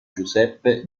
giuseppe